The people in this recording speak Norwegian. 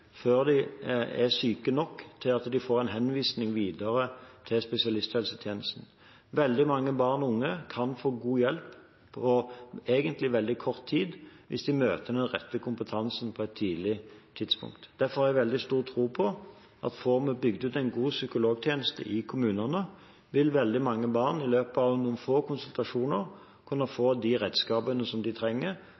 før de er syke nok til at de får en henvisning videre til spesialisthelsetjenesten. Veldig mange barn og unge kan få god hjelp på egentlig veldig kort tid hvis de møter den rette kompetansen på et tidlig tidspunkt. Derfor har jeg veldig stor tro på at får vi bygd ut en god psykologtjeneste i kommunene, vil veldig mange barn i løpet av noen få konsultasjoner kunne få